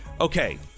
Okay